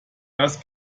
das